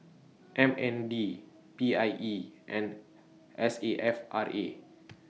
M N D P I E and S A F R A